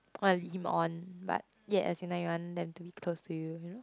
want to lead him on but yet as in like you want them to be close to you